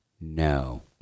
No